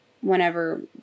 whenever